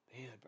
man